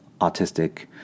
autistic